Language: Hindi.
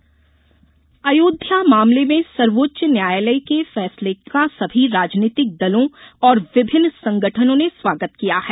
फैसला प्रतिक्रिया अयोध्या मामले में सर्वोच्च न्यायालय के फैसले का सभी राजनीतिक दलों और विभिन्न संगठनों ने स्वागत किया है